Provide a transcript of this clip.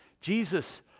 Jesus